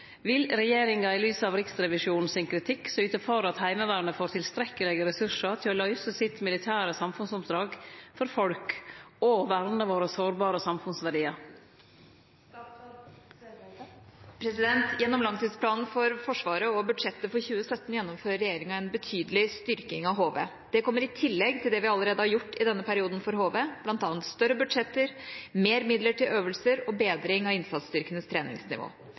Vil regjeringa i lys av Riksrevisjonen sin kritikk syte for at Heimevernet får tilstrekkelege ressursar til å løyse sitt militære samfunnsoppdrag for folk og verne våre sårbare samfunnsverdiar?» Gjennom langtidsplanen for Forsvaret og budsjettet for 2017 gjennomfører regjeringa en betydelig styrking av Heimevernet. Det kommer i tillegg til det vi allerede har gjort i denne perioden for HV, bl.a. større budsjetter, mer midler til øvelser og bedring av innsatsstyrkenes treningsnivå.